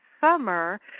summer